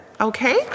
okay